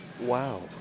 Wow